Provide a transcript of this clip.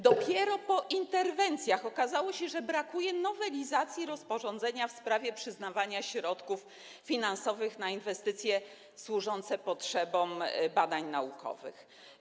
Dopiero po interwencjach okazało się, że brakuje nowelizacji rozporządzenia w sprawie przyznawania środków finansowych na inwestycje służące potrzebom badań naukowych.